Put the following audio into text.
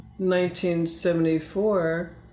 1974